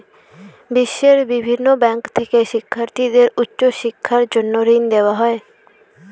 বিশ্বের বিভিন্ন ব্যাংক থেকে শিক্ষার্থীদের উচ্চ শিক্ষার জন্য ঋণ দেওয়া হয়